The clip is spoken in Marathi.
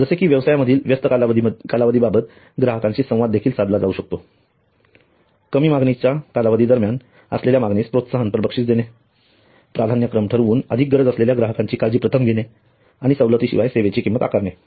जसे की व्यवसायातील व्यस्त कालावधीबाबत ग्राहकांशी संवाद देखील साधला जाऊ शकतो कमी मागणीच्या कालावधीदरम्यान आलेल्या मागणीस प्रोत्साहनपर बक्षीस देणे प्राधान्यक्रम ठरवून अधिक गरज असलेल्या ग्राहकांची काळजी प्रथम घेणे आणि सवलती शिवाय सेवेची किंमत आकारणे